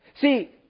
See